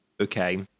okay